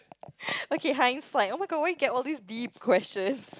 okay hindsight oh-my-god why you get all these deep questions